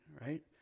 right